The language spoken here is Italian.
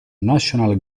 national